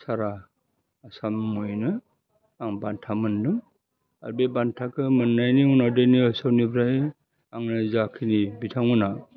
सारा आसामैनो आं बान्था मोन्दो आर बे बान्थाखो मोननायनि उनाव दैनिक असमनिफ्राय आंनो जाखिनि बिथांमोना